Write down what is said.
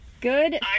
Good